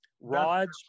Rods